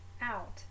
out